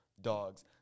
dogs